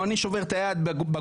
או אני שובר את היד בגולן,